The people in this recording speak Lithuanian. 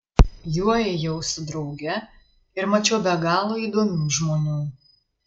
juo ėjau su drauge ir mačiau be galo įdomių žmonių